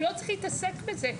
הוא לא צריך להתעסק בזה,